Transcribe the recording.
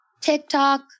TikTok